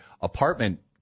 apartment